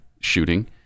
shooting